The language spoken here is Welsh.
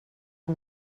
yng